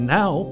now